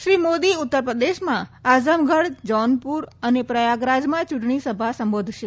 શ્રી મોદી ઉત્તરપ્રદેશમાં આઝમગઢ જૌનપુર અને પ્રયાગરાજમાં ચૂંટણી સભા સંબોધશે